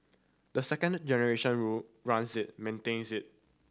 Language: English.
the second generation run runs it maintains it